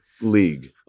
league